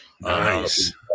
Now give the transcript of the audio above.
nice